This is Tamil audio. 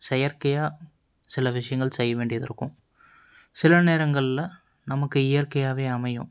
செயற்கையாக சில விஷயங்கள் செய்ய வேண்டியது இருக்கும் சில நேரங்களில் நமக்கு இயற்கையாவே அமையும்